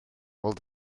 weld